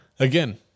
Again